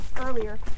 earlier